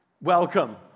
welcome